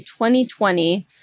2020